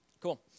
Cool